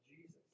Jesus